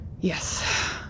Yes